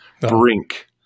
Brink